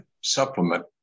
supplement